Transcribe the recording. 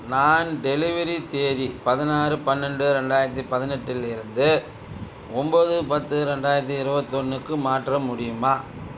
நான் டெலிவரி தேதி பதினாறு பன்னரெண்டு ரெண்டாயிரத்தி பதினெட்டிலிருந்து ஒன்போது பத்து ரெண்டாயிரத்து இருபத்தொன்னுக்கு மாற்ற முடியுமா